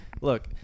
look